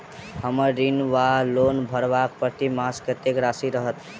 हम्मर ऋण वा लोन भरबाक प्रतिमास कत्तेक राशि रहत?